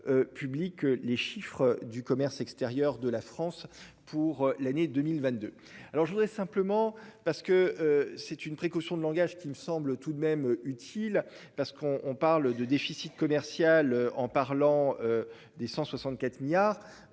Publics les chiffres du commerce extérieur de la France pour l'année 2022. Alors je voudrais simplement parce que c'est une précaution de langage qui me semble tout de même utile parce qu'on on parle de déficit commercial en parlant. Des 164 milliards.